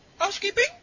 Housekeeping